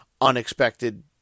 unexpected